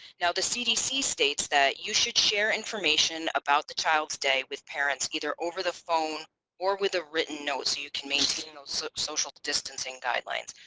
now the cdc states that you should share information about the child's day with parents either over the phone or with a written note so you can maintain you know so social distancing guidelines.